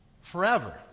forever